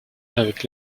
avec